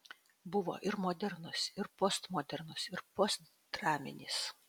buvo ir modernus ir postmodernus ir postdraminis